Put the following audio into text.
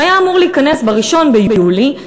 שהיה אמור להיכנס לתוקף ב-1 ביולי,